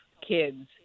kids